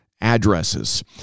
addresses